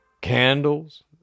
candles